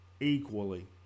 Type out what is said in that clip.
equally